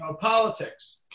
politics